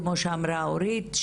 כמו שאמרה אורית,